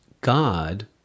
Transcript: God